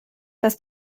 dass